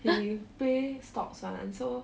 he play stocks one so